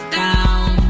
down